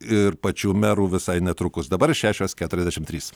ir pačių merų visai netrukus dabar šešios keturiasdešim trys